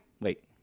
Wait